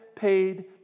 paid